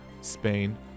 Spain